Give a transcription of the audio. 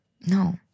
no